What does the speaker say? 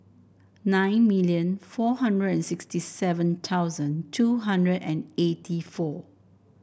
nine million four hundred and sixty seven thousand two hundred and eighty four